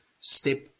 step